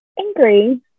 angry